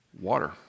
Water